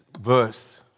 verse